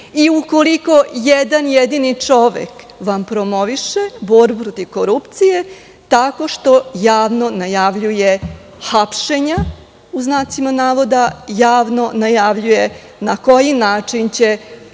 i ukoliko jedan jedini čovek vam promoviše borbu protiv korupcije tako što javno najavljuje hapšenja, pod znacima navoda, javno najavljuje na koji način će